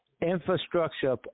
infrastructure